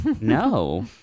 No